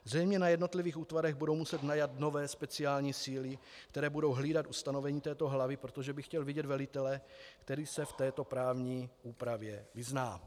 Zřejmě na jednotlivých útvarech budou muset najmout nové speciální síly, které budou hlídat ustanovení této hlavy, protože bych chtěl vidět velitele, který se v této právní úpravě vyzná.